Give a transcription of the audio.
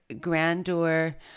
grandeur